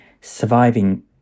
surviving